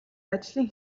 ажлын